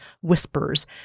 whispers